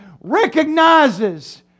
recognizes